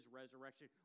resurrection